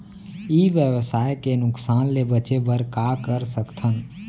ई व्यवसाय के नुक़सान ले बचे बर का कर सकथन?